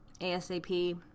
asap